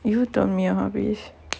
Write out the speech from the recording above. you tell me your hobbies